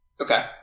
Okay